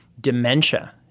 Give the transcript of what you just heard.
dementia